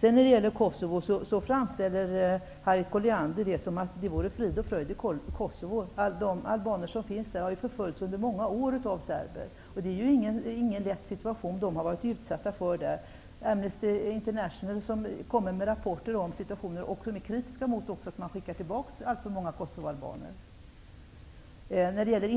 När det gäller Kosovo framställer Harriet Colliander det som om det vore frid och fröjd i Kosovo. De albaner som finns där har ju under många år förföljts av serber. Det är ju ingen lätt situation som de har varit utsatta för. Amnesty international kommer med rapporter om situationen och är kritisk mot att alltför många kosovoalbaner skickas tillbaka.